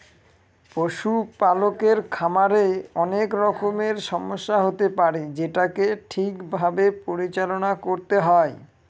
পশুপালকের খামারে অনেক রকমের সমস্যা হতে পারে যেটাকে ঠিক ভাবে পরিচালনা করতে হয়